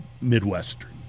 Midwestern